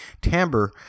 timbre